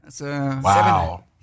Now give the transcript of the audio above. Wow